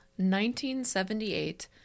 1978